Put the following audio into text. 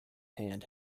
hand